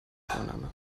vorname